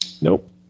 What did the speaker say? Nope